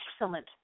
excellent